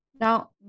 now